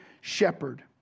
shepherd